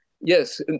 yes